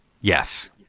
Yes